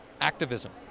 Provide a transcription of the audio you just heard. activism